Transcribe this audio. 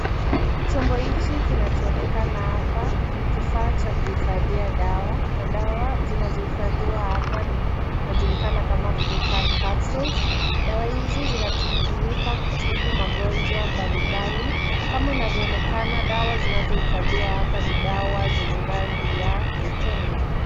Chombo hichi kinachoonekana hapa ni kifaa cha kuhifadhiwa dawa na dawa zinazohifadhiwa hapa zinajulikana kama prukam Capsules. Dawa hizi zinatumika kutibu magonjwa mbalimbali kama inavyoonekana hapa ni dawa za rangi ya nyekundu.